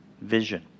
vision